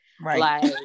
Right